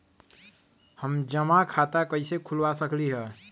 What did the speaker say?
हम जमा खाता कइसे खुलवा सकली ह?